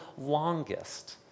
longest